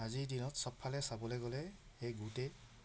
আজিৰ দিনত চবফালে চাবলৈ গ'লে সেই গোটেই